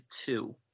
two